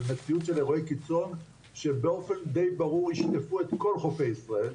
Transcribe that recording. מציאות של אירועי קיצון שבאופן די ברור ישטפו את כל חופי ישראל,